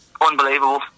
unbelievable